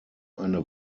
eine